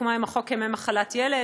כמו עם חוק ימי מחלת ילד,